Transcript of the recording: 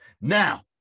Now